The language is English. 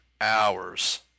hours